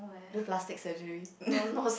do plastic surgey